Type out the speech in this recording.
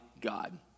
God